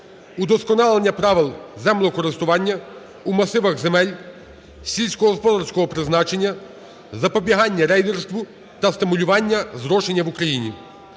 удосконалення правил землекористування у масивах земель сільськогосподарського призначення, запобігання рейдерству та стимулювання зрошення в Україні.